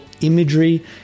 imagery